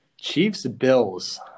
Chiefs-Bills